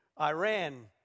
Iran